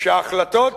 שההחלטות